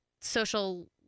social